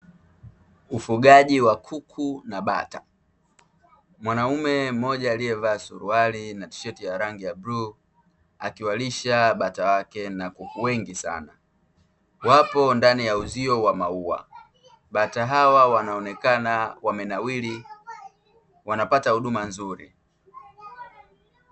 Ufugaji wa kuku na bata, mwanaume mmoja aliyevaa suruali na tisheti ya rangi ya buluu akiwalisha bata wake na kuku wengi sana, wapo ndani ya uzio wa maua. Bata hawa wanaonekana wamenawiri wanapata huduma nzuri.